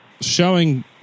showing